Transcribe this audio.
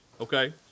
Okay